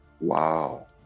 Wow